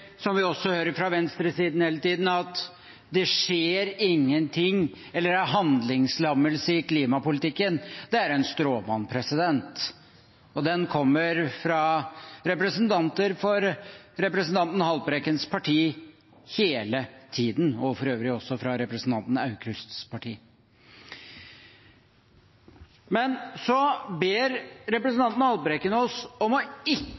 som vi også hører fra venstresiden hele tiden, at det skjer ingenting eller det er handlingslammelse i klimapolitikken – det er en stråmann. Og den kommer fra representanter for representanten Haltbrekkens parti hele tiden, og for øvrig også fra representanten Aukrusts parti. Men så ber representanten Haltbrekken oss om at man ikke